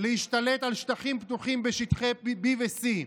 להשתלט על שטחים פתוחים בשטחי B ו-C.